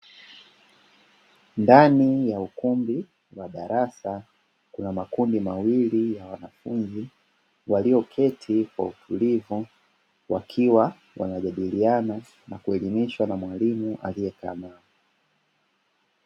Ndani ya ukumbi wa darasa, kuna makundi mawili ya wanafunzi walioketi kwa utulivu, wakiwa wanajadiliana na kuelimishwa na mwalimu aliyekaa.